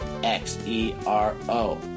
X-E-R-O